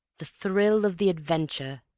the thrill of the adventure.